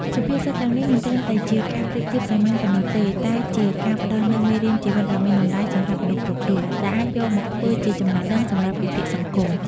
សុភាសិតទាំងនេះមិនត្រឹមតែជាការប្រៀបធៀបសាមញ្ញប៉ុណ្ណោះទេ តែជាការផ្តល់នូវមេរៀនជីវិតដ៏មានតម្លៃសម្រាប់មនុស្សគ្រប់រូប ដែលអាចយកមកធ្វើជាចំណេះដឹងសម្រាប់វិភាគសង្គម។